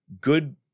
good